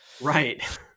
right